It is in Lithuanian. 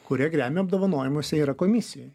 kurie grammy apdovanojimuose yra komisijoj